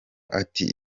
ati